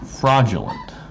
fraudulent